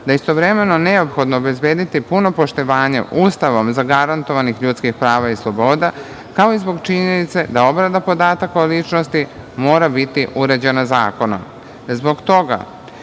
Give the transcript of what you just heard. je istovremeno neophodno obezbediti puno poštovanje ustavom zagarantovanih ljudskih prava i sloboda, kao i zbog činjenice da obrada podataka o ličnosti mora biti uređena zakonom. Zbog toga